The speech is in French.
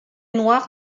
noir